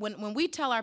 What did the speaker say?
when we tell our